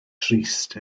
drist